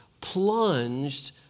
plunged